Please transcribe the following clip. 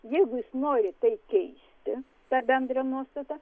jeigu jis nori tai keisti tą bendrą nuostatą